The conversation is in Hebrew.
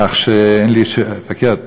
כך שאין לי, פארקערט,